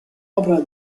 opera